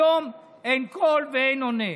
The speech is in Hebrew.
היום אין קול ואין עונה.